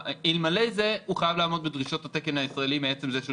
אלמלא זה הוא חייב לעמוד בדרישות התקן הישראלי מעצם זה שהוא